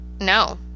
No